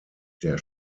der